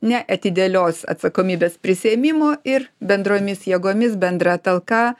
neatidėlios atsakomybės prisiėmimo ir bendromis jėgomis bendra talka